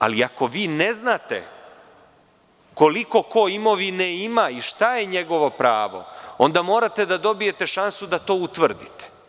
Ali, ako vi ne znate koliko ko imovine ima, i šta je njegovo pravo, onda morate da dobijete šansu da to utvrdite.